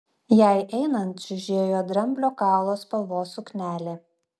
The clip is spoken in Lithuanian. jai einant čiužėjo dramblio kaulo spalvos suknelė